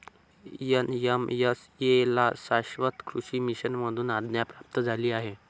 NMSA ला शाश्वत कृषी मिशन मधून आज्ञा प्राप्त झाली आहे